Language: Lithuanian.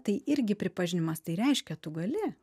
tai irgi pripažinimas tai reiškia tu gali